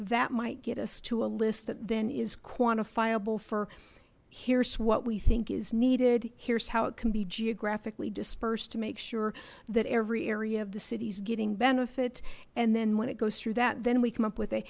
that might get us to a list that then is quantifiable for here's what we think is needed here's how it can be geographically dispersed to make sure that every area of the city's getting benefit and then when it goes through that then we come up with a